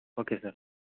okay sir